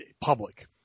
public